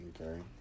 okay